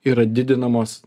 yra didinamos